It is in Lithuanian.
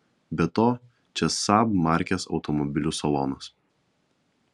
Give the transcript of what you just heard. be to čia saab markės automobilių salonas